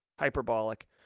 Hyperbolic